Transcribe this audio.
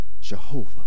Jehovah